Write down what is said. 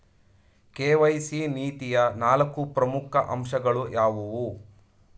KYC ನೀತಿಯ ನಾಲ್ಕು ಪ್ರಮುಖ ಅಂಶಗಳು ಯಾವುವು?